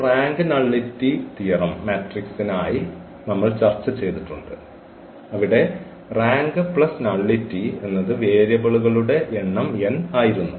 ഈ rank nullity സിദ്ധാന്തം മെട്രിക്സിനായി നമ്മൾ ചർച്ച ചെയ്തിട്ടുണ്ട് അവിടെ റാങ്ക് പ്ലസ് നള്ളിറ്റി വേരിയബിളുകളുടെ എണ്ണം n ആയിരുന്നു